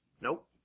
nope